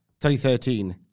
2013